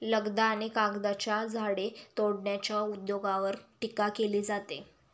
लगदा आणि कागदाच्या झाडे तोडण्याच्या उद्योगावर टीका केली जाते